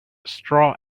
straw